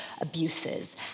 abuses